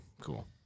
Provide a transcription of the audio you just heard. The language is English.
cool